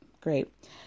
great